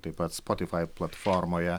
taip pat spotify platformoje